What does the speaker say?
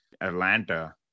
Atlanta